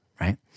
Right